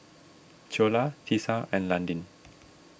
Ceola Tisa and Landin